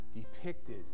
depicted